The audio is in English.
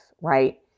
right